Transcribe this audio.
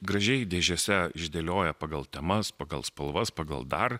gražiai dėžėse išdėlioja pagal temas pagal spalvas pagal dar